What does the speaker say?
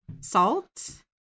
salt